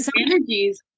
energies